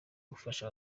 gufasha